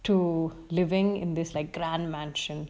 to living in this like grand mansion